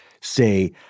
say